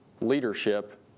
leadership